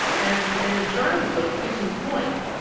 and and in charlottesville, case in point.